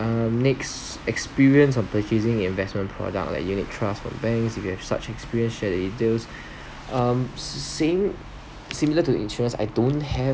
um next experience of purchasing investment product like unit trust from banks if you get such experience share in details um s~ same similar to insurance I don't have